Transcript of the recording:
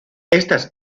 estas